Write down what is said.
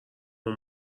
اون